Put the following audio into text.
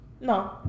No